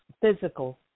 physical